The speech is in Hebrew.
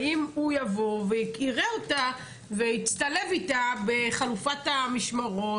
האם הוא יבוא ויראה אותה ויצטלב איתה בחלופת המשמרות?